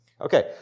Okay